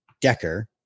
Decker